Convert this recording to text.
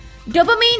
dopamine